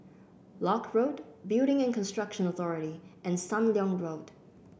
Lock Road Building and Construction Authority and Sam Leong Road